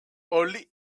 only